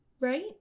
right